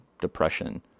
depression